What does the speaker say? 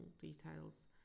details